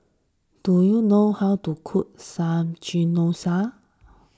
do you know how to cook Samgeyopsal